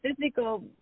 physical